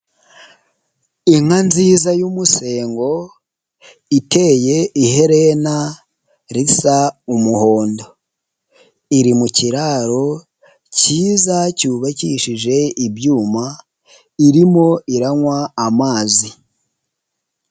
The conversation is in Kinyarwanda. Inka nziza y'umusengo iteye iherena risa umuhondo, iri mu kiraro kiza cyubakishije ibyuma, irimo iranywa amazi.